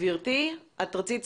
בעברי גם